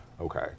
okay